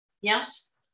Yes